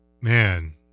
man